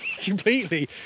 completely